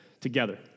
together